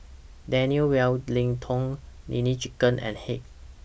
Daniel Wellington Nene Chicken and Heinz